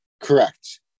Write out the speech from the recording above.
Correct